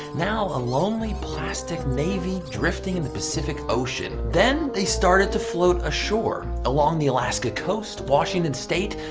now a lonely plastic navy, drifting in the pacific ocean. then they started to float ashore. along the alaska coast, washington state,